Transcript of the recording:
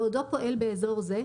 בעודו פועל באזור זה,